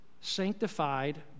sanctified